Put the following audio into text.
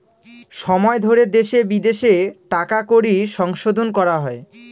সময় ধরে দেশে বিদেশে টাকা কড়ির সংশোধন করা হয়